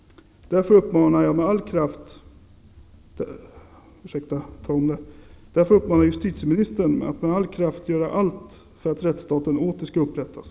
Därför uppmanar jag justitieministern att med all kraft göra allt för att rättsstaten åter skall upprättas.